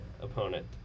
opponent